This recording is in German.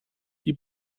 die